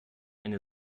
eine